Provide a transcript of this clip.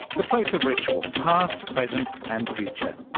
the place of ritual, past present and future.